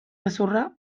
gezurra